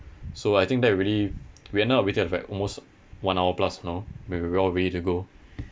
so I think that really we ended up waiting for like almost one hour plus you know when we're all ready to go